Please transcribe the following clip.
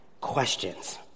questions